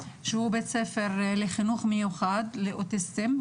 שהוא בית ספר לחינוך מיוחד לאוטיסטים.